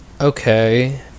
Okay